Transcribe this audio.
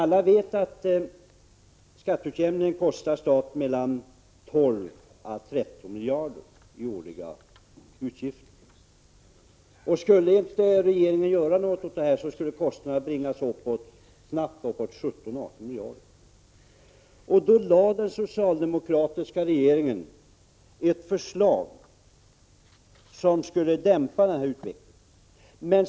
Alla vet att skatteutjämningen kostar staten 12 å 13 miljarder i årliga utgifter. Om regeringen inte gjorde någonting, skulle kostnaden snabbt stiga upp till 17—18 miljarder. Därför lade den socialdemokratiska regeringen fram ett förslag till åtgärder som skulle dämpa den här utvecklingen.